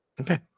Okay